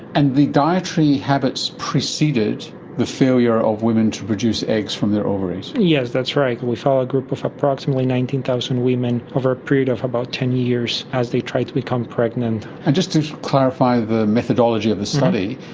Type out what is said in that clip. and the dietary habits preceded the failure of women to produce eggs from their ovaries. yes, that's right. we followed a group of approximately nineteen thousand women over a period of about ten years as they tried to become pregnant. and just to clarify the methodology of the study,